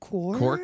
Cork